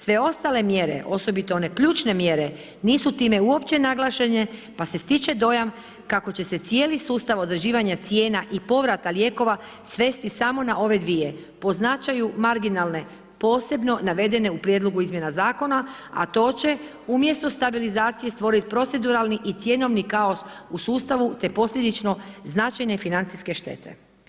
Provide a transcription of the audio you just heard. Sve ostale mjere, osobito one ključne mjere nisu time uopće naglašene pa se stiče dojam kako će se cijeli sustav određivanja cijena i povrata lijekova svesti samo na ove dvije po značaju marginalne posebno navedene u prijedlogu izmjena zakona a to će umjesto stabilizacije stvoriti proceduralni i cjenovni kaos u sustavu te posljedično značajne financijske štete.